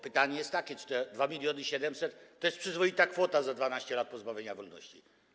Pytanie jest takie, czy 2700 tys. to jest przyzwoita kwota za 12 lat pozbawienia wolności.